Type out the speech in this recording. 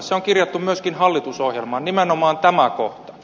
se on kirjattu myöskin hallitusohjelmaan nimenomaan tämä kohta